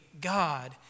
God